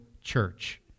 church